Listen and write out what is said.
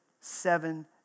seven